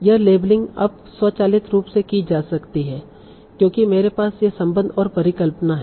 यह लेबलिंग अब स्वचालित रूप से की जा सकती है क्योंकि मेरे पास ये संबंध और परिकल्पना है